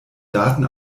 daten